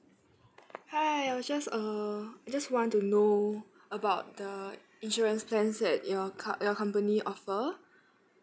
hi I was just err I just want to know about the insurance plans that your com~ your company offer